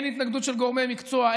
אין התנגדות של גורמי מקצוע,